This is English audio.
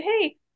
Hey